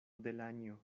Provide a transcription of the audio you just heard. delanjo